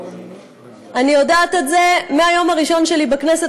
אני יודעת את זה מהיום הראשון שלי בכנסת,